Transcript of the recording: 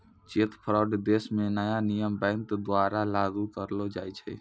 cheque fraud देश म नया नियम बैंक द्वारा लागू करलो जाय छै